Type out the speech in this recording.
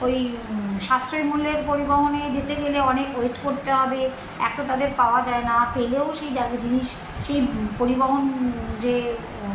ওই সাশ্রয়ী মূল্যের পরিবহনে যেতে গেলে অনেক ওয়েট করতে হবে এক তো তাদের পাওয়া যায় না পেলেও সেই জা জিনিস সেই পরিবহন যে